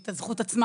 את הזכות עצמה,